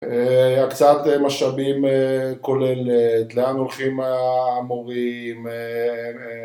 הקצת משאבים כולל את לאן הולכים המורים